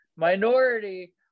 minority